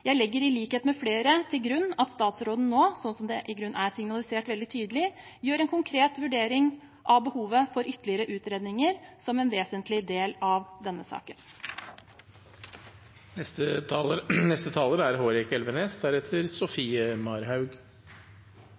Jeg legger i likhet med flere til grunn at statsråden nå, slik det i grunnen er signalisert veldig tydelig, gjør en konkret vurdering av behovet for ytterligere utredninger som en vesentlig del av denne